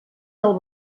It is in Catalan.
del